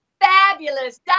fabulous